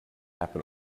happen